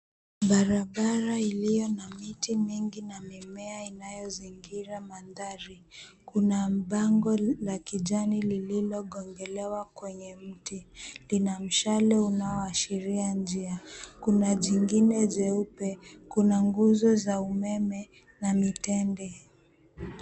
Barabara iliyo na miti mingi na mimea inayozingira mandhari. Kuna bango la kijani lilogongelewa kwenye mti. Lina mshale unaoashiria njia. Kuna jingine jeupe. Kuna nguzo za umeme na mitende.